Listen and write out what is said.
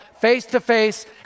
face-to-face